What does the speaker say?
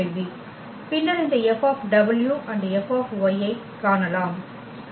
பின்னர் இந்த F F ஐக் காணலாம் ஆம்